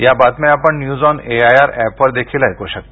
या बातम्या आपण न्यूज ऑन एआयआर ऍपवर देखील ऐकू शकता